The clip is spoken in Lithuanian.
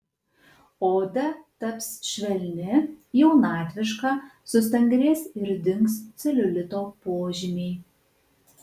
oda taps švelni jaunatviška sustangrės ir dings celiulito požymiai